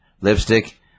lipstick